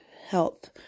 health